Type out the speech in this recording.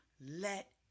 let